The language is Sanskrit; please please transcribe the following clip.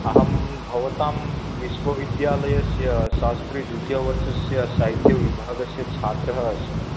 अहं भवतां विश्वविद्यालयस्य शास्त्रीद्वितीयवर्षस्य साहित्यविभागस्य छात्रः अस्मि